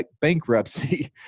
bankruptcy